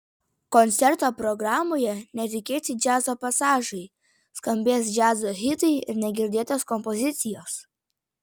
koncerto programoje netikėti džiazo pasažai skambės džiazo hitai ir negirdėtos kompozicijos